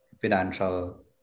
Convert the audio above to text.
financial